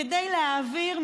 כדי להעביר מתעלים,